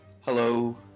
Hello